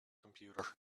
computer